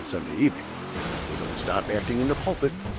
on sunday evening but they don't stop acting in the pulpit.